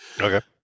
Okay